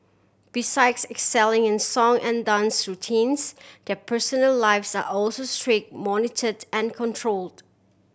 besides excelling in song and dance routines their personal lives are also strict monitored and controlled